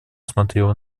смотрела